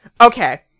Okay